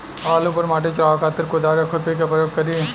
आलू पर माटी चढ़ावे खातिर कुदाल या खुरपी के प्रयोग करी?